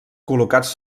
col·locats